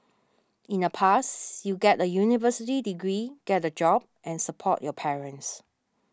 in the past you get a university degree get a job and support your parents